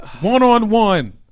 one-on-one